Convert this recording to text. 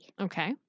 Okay